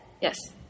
Yes